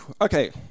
Okay